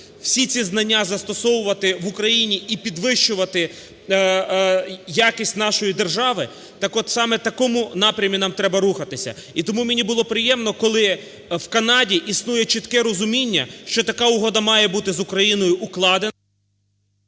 всі ці знання застосовувати в Україні і підвищувати якість нашої держави. Так-от саме в такому напрямі нам треба рухатися. І тому мені було приємно, коли в Канаді існує чітке розуміння, що така угода має бути з Україною укладена…